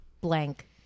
blank